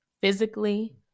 physically